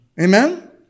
Amen